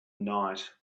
night